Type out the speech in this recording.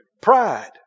Pride